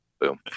boom